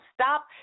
stop